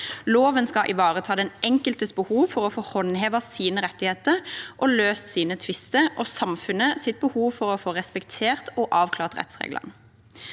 Loven skal ivareta den enkeltes behov for å få håndhevet sine rettigheter og løst sine tvister og samfunnets behov for å få respektert og avklart rettsreglene.